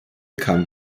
kam